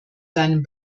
seinem